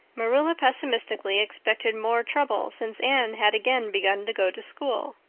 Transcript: marilla pessimistically expected more trouble since anne had again begun to go to school.